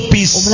Peace